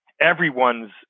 everyone's